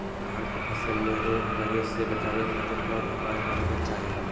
धान के फसल में रोग लगे से बचावे खातिर कौन उपाय करे के चाही?